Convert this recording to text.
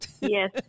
Yes